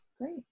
Great